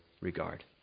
regard